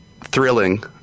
thrilling